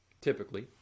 typically